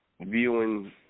viewing